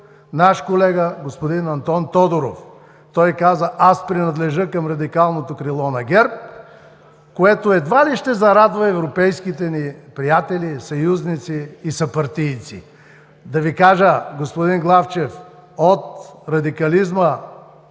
наш колега господин Антон Тодоров. Той каза: „Аз принадлежа към радикалното крило на ГЕРБ“, което едва ли ще зарадва европейските ни приятели, съюзници и съпартийци. Да Ви кажа, господин Главчев, от радикализма